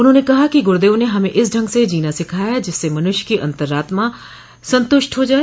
उन्होंने कहा कि गुरूदेव ने हमें इस ढग से जीना सिखाया जिससे मनुष्य की अंतर्रात्मा संतुष्ट हो जाए